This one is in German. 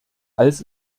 als